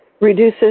reduces